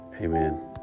Amen